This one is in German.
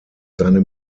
seine